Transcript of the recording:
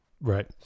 Right